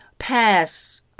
pass